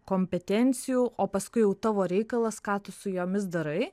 kompetencijų o paskui jau tavo reikalas ką tu su jomis darai